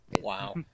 Wow